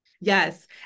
Yes